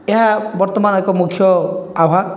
ଏହା ବର୍ତ୍ତମାନ ଏକ ମୁଖ୍ୟ ଆହ୍ୱାନ